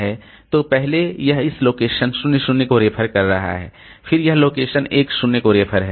तो पहले यह इस लोकेशन 0 0 को रेफर कर रहा है फिर यह लोकेशन 1 0 को रेफर है